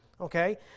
okay